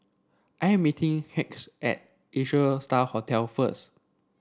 I am meeting Hughes at Asia Star Hotel first